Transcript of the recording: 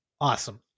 Awesome